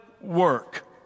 work